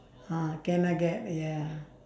ah cannot get ya